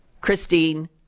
Christine